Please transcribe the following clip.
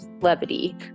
levity